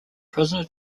prisoner